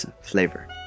Flavor